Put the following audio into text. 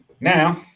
Now